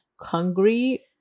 hungry